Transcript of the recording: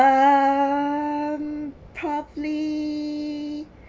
um probably